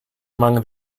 among